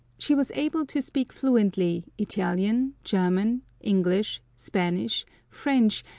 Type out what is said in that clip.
she was able to speak fluently italian, german, english, spanish, french,